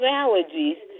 allergies